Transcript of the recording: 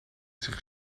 zich